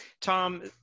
Tom